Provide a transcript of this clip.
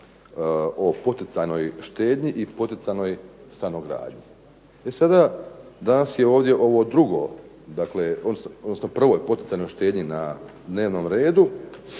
o poticajnoj štednji i poticajnoj stanogradnji. E sada, danas je ovdje ovo drugo, dakle odnosno prvoj poticajnoj štednji na dnevnom redu